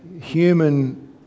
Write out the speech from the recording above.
human